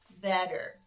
better